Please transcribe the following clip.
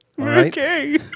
Okay